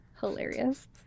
hilarious